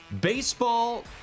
Baseball